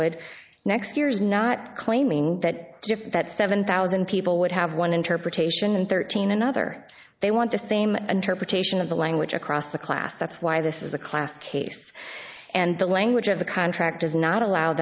would next years not claiming that just that seven thousand people would have one interpretation and thirteen another they want to same interpretation of the language across the class that's why this is a classic case and the language of the contract does not allow